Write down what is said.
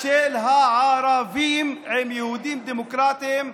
של הערבים עם יהודים דמוקרטים,